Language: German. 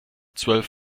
zwölf